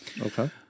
Okay